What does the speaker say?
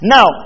Now